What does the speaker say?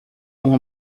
uma